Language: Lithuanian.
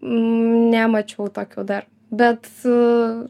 nemačiau tokių dar bet